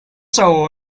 saw